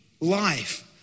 life